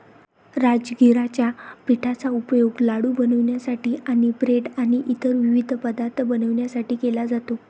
राजगिराच्या पिठाचा उपयोग लाडू बनवण्यासाठी आणि ब्रेड आणि इतर विविध पदार्थ बनवण्यासाठी केला जातो